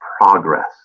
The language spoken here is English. progress